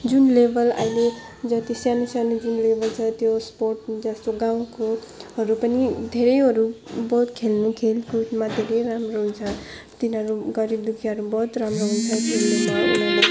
जुन लेभल अहिले जति सानो सानो जुन लेभेल छ त्यो स्पोर्ट जस्तो गाउँकोहरू पनि धेरैहरू बहुत खेल्नु खेलकुदमा धेरै राम्रो हुन्छ तिनीहरू गरिब दुखीहरू बहुत राम्रो